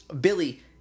Billy